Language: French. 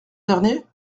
dernier